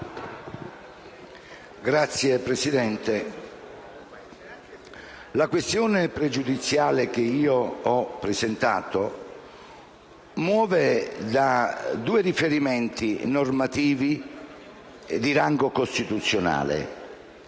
Signora Presidente, la questione pregiudiziale che ho presentato muove da due riferimenti normativi di rango costituzionale.